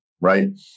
right